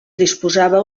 disposava